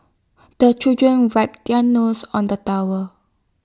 the children wipe their noses on the tower